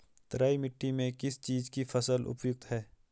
तराई मिट्टी में किस चीज़ की फसल उपयुक्त है?